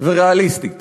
וריאליסטית